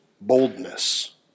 boldness